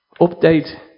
Update